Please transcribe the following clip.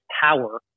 power